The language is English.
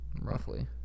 roughly